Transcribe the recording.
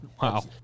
Wow